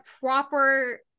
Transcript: proper